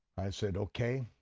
i said okay,